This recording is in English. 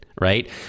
right